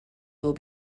will